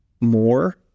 more